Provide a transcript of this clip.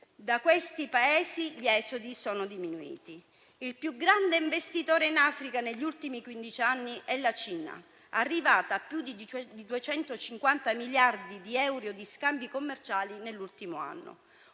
da quei Paesi gli esodi sono diminuiti. Il più grande investitore in Africa negli ultimi quindici anni è la Cina, arrivata a più di 250 miliardi di euro di scambi commerciali nell'ultimo anno.